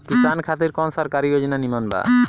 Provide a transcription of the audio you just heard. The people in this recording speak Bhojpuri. किसान खातिर कवन सरकारी योजना नीमन बा?